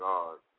God